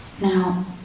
Now